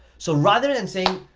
so rather than saying,